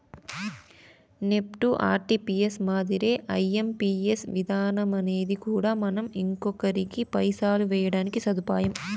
NEFT, RTGS మాదిరే IMPS విధానమనేది కూడా మనం ఇంకొకరికి పైసలు వేయడానికి సదుపాయం